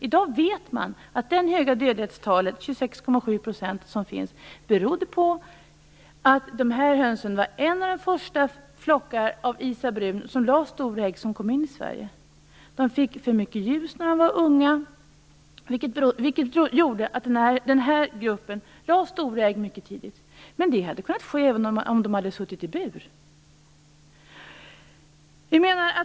I dag vet man att det höga dödlighetstalet, 26,7 %, berodde på att de här hönsen tillhörde en av de första flockar av Isabrun som lade stora ägg, som kom till Sverige. De fick för mycket ljus när de var unga. Det gjorde att de lade stora ägg mycket tidigt. Men det hade kunnat ske även om de hade suttit i bur.